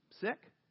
sick